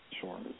Sure